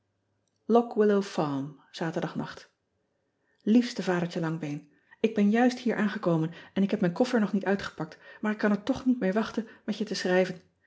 illow arm aterdagnacht iefste adertje angbeen k ben juist hier aangekomen en ik heb mijn koffer nog niet uitgepakt maar ik kan er toch niet mee wachten met je te schrijven